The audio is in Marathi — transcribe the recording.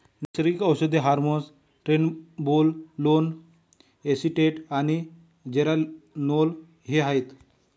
नैसर्गिक औषधे हार्मोन्स ट्रेनबोलोन एसीटेट आणि जेरानोल हे आहेत